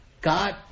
God